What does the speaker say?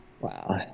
Wow